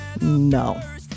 No